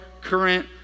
current